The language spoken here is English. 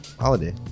holiday